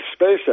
SpaceX